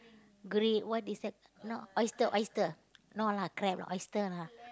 grey what is that no oyster oyster no lah crab lah oyster lah